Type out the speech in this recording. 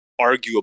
arguably